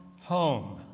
home